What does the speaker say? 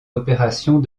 opérations